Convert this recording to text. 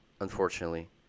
unfortunately